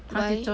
I don't